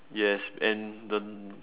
yes and the